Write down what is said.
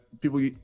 people